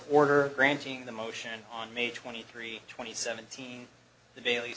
order granting the motion on may twenty three twenty seventeen the dail